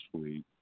sweet